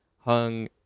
hung